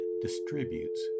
distributes